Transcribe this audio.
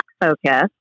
focus